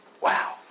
Wow